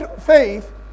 faith